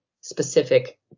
specific